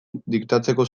diktatzeko